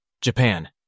japan